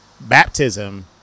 baptism